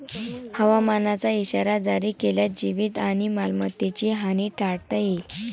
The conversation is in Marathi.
हवामानाचा इशारा जारी केल्यास जीवित आणि मालमत्तेची हानी टाळता येईल